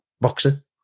boxer